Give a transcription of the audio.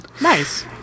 Nice